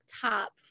top